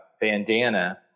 bandana